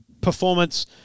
performance